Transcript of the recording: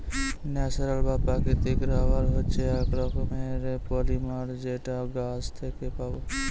natural বা প্রাকৃতিক rubber হচ্ছে এক রকমের পলিমার যেটা গাছ থেকে পাবো